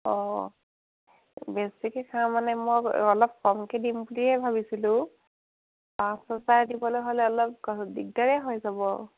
অঁ বেছিকৈ খাওঁ মানে মই অলপ কমকৈ দিম বুলিয়ে ভাবিছিলোঁ পাঁচ হাজাৰ দিবলৈ হ'লে অলপ দিগদাৰ হৈ যাব